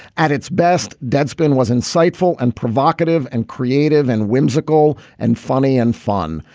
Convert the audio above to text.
at its best deadspin was insightful and provocative and creative and whimsical and funny and fun.